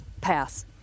pass